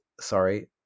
sorry